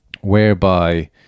whereby